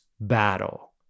battle